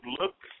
look